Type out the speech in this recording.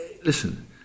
Listen